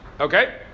Okay